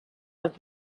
have